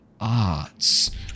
arts